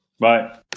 Bye